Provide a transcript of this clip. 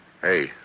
Hey